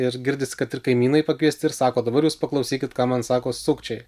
ir girdisi kad ir kaimynai pakviesti ir sako dabar jūs paklausykit ką man sako sukčiai